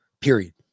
Period